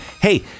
Hey